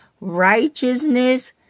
righteousness